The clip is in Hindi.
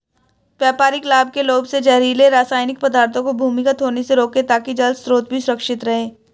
व्यापारिक लाभ के लोभ से जहरीले रासायनिक पदार्थों को भूमिगत होने से रोकें ताकि जल स्रोत भी सुरक्षित रहे